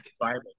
Bible